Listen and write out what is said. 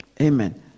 Amen